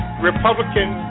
Republican